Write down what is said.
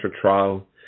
trial